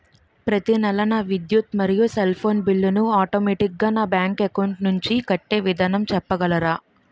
ప్రతి నెల నా విద్యుత్ మరియు సెల్ ఫోన్ బిల్లు ను ఆటోమేటిక్ గా నా బ్యాంక్ అకౌంట్ నుంచి కట్టే విధానం చెప్పగలరా?